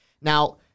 Now